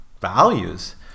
values